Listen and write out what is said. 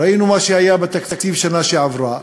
ראינו מה שהיה בתקציב בשנה שעברה,